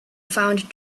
found